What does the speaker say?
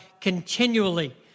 continually